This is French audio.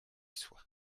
soit